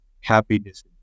happiness